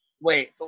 Wait